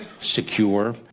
secure